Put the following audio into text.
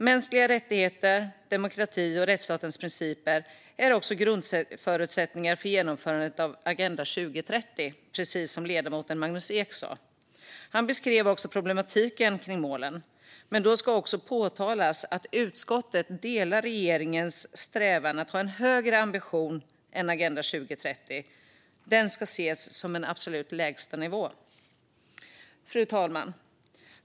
Mänskliga rättigheter, demokrati och rättsstatens principer är också grundförutsättningar för genomförandet av Agenda 2030, precis som ledamoten Magnus Ek sa. Han beskrev också problematiken kring målen, men det ska påpekas att utskottet står bakom regeringens strävan att ha en högre ambition än Agenda 2030. Den ska ses som en absolut lägsta nivå. Fru talman!